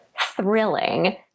thrilling